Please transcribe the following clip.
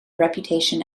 reputation